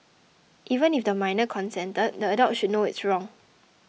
even if the minor consented the adult should know it's wrong